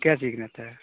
क्या सीखना आता है